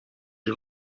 این